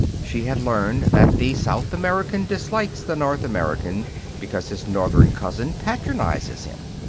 she had learned that the south american dislikes the north american because his northern cousin patronizes him.